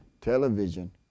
Television